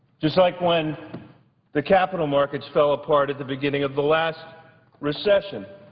just like when the capital markets fell apart at the beginning of the last recession.